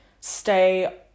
stay